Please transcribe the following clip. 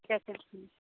ঠিক আছে